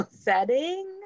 setting